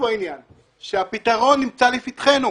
הפתרון נמצא לפתחנו.